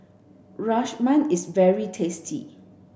Rajma is very tasty